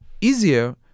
easier